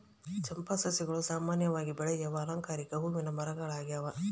ಚಂಪಾ ಸಸ್ಯಗಳು ಸಾಮಾನ್ಯವಾಗಿ ಬೆಳೆಯುವ ಅಲಂಕಾರಿಕ ಹೂವಿನ ಮರಗಳಾಗ್ಯವ